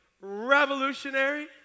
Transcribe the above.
revolutionary